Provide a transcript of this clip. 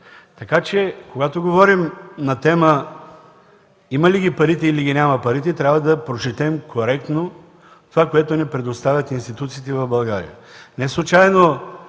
така че когато говорим на тема „Има ли ги парите, или ги няма”, трябва да прочетем коректно това, което ни предоставят институциите в България.